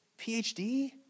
PhD